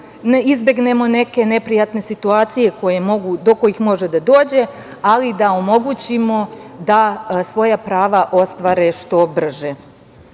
izbegnemo neke neprijatne situacije do kojih može da dođe, ali da omogućimo da svoja prava ostvare što brže. Ono